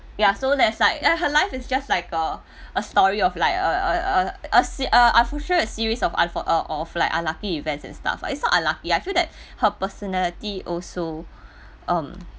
ya so that's like ya her life is just like a a story of like a a a a a s~ a unforture~ a series of un~ uh of of like unlucky event and stuff it's not unlucky I feel that her personality also